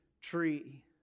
tree